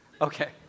Okay